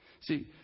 See